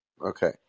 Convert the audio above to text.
Okay